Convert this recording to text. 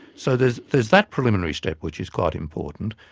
so there's there's that preliminary step which is quite important.